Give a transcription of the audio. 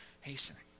hastening